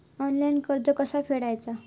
Online कर्ज कसा फेडायचा?